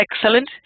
excellent